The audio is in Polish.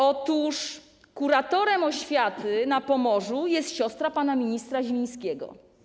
Otóż kuratorem oświaty na Pomorzu jest siostra pana ministra Zielińskiego.